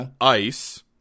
ice